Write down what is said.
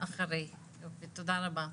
אחרי, אוקיי, תודה רבה.